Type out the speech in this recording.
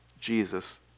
Jesus